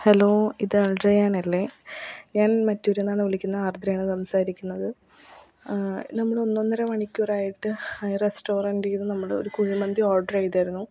hello ഇത് അൾഡ്രിയാനല്ലേ ഞാൻ മറ്റൂരീന്നാണ് വിളിക്കുന്നത് ആർദ്രയാണ് സംസാരിക്കുന്നത് നമ്മളൊന്നൊന്നര മണിക്കൂറായിട്ട് റെസ്റ്റൊറൻ്റീന്ന് നമ്മൾ ഒരു കുഴിമന്തി ഓർഡർ ചെയ്തിരുന്നു